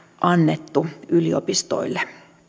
annettu yliopistoille